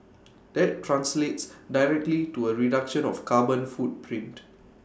that translates directly to A reduction of carbon footprint